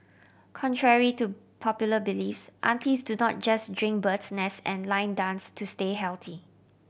contrary to popular bliss aunties do not just drink bird's nest and line dance to stay healthy